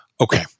Okay